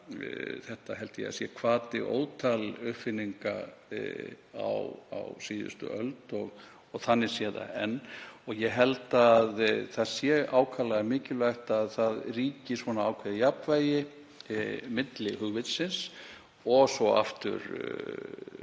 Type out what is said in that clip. Það held ég að sé hvati ótal uppfinninga á síðustu öld og að þannig sé það enn. Ég held að það sé ákaflega mikilvægt að það ríki ákveðið jafnvægi milli hugvitsins og svo aftur